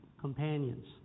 Companions